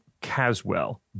caswell